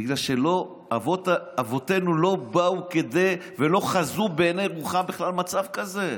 בגלל שאבותינו לא באו ולא חזו בעיני רוחם בכלל מצב כזה.